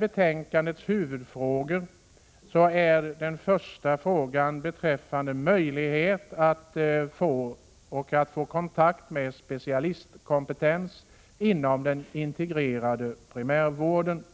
Betänkandets huvudfråga gäller möjligheten att få kontakt med specialistkompetens inom den integrerade primärvården.